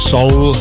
Soul